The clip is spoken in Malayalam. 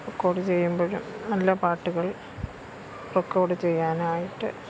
റെക്കോർഡ് ചെയ്യുമ്പഴും നല്ല പാട്ടുകൾ റെക്കോർഡ് ചെയ്യാനായിട്ട്